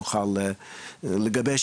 את ההתייחסות בכתב על מנת שנוכל לגבש